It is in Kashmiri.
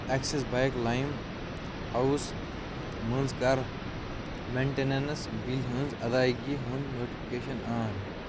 اٮ۪کسِس بٮ۪نٛک لایِم ہاوُس منٛز کَر مٮ۪نٛٹینَنس بِلہِ ہٕنٛز ادایگی ہُنٛد نوٹفکیٚشن آن